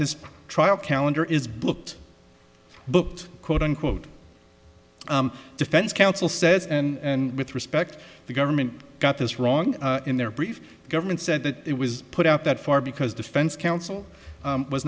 his trial calendar is booked booked quote unquote defense counsel says and with respect the government got this wrong in their brief the government said that it was put out that far because defense counsel